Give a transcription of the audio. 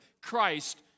Christ